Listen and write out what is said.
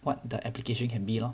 what the application can be lor